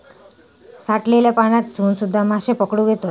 साठलल्या पाण्यातसून सुध्दा माशे पकडुक येतत